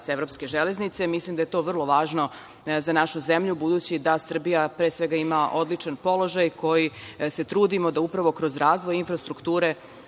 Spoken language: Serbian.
Trans-evropske železnice. Mislim da je to veoma važno za našu zemlju, budući da Srbija, pre svega ima odličan položaj koji se trudimo da upravo kroz razvoj infrastrukture